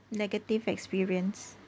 negative experience